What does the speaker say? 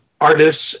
artists